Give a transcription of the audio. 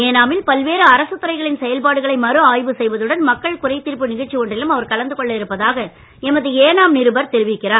ஏனாமில் பல்வேறு அரசுத் துறைகளின் செயல்பாடுகளை மறுஆய்வு செய்வதுடன் மக்கள் குறை தீர்ப்பு நிகழ்ச்சி ஒன்றிலும் அவர் கலந்து கொள்ள இருப்பதாக எமது ஏனாம் நிருபர் தெரிவிக்கிறார்